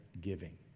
giving